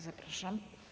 Zapraszam.